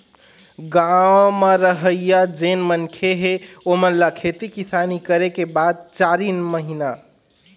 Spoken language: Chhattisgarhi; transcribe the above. गाँव म रहइया जेन मनखे हे ओेमन ल खेती किसानी करे के बाद चारिन महिना